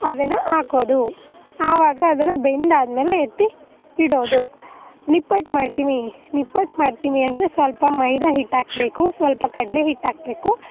ಅದನ್ನು ಹಾಕೋದು ಆವಾಗ ಅದನ್ನು ಬೆಂದಾದಮೇಲೆ ಎತ್ತಿ ಇಡೋದು ನಿಪ್ಪಟ್ಟು ಮಾಡ್ತೀನಿ ನಿಪ್ಪಟ್ಟು ಮಾಡ್ತೀನಿ ಅಂದರೆ ಸ್ವಲ್ಪ ಮೈದಾ ಹಿಟ್ಟು ಹಾಕಬೇಕು ಸ್ವಲ್ಪ ಕಡಲೇ ಹಿಟ್ಟು ಹಾಕಬೇಕು